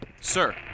sir